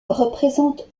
représente